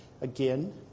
again